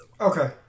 Okay